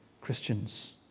Christians